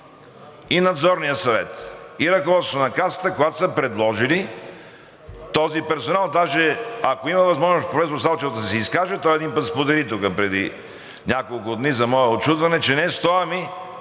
и Надзорният съвет, и ръководството на Касата, когато са предложили този персонал. Даже, ако има възможност професор Салчев да се изкаже – той един път сподели тук преди няколко дни, за мое учудване, че не 100, ами